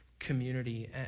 Community